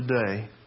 today